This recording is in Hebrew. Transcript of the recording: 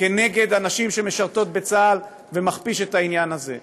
כנגד הנשים שמשרתות בצה"ל ומכפיש את העניין הזה.